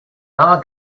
our